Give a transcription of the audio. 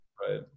Right